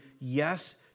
yes